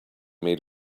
made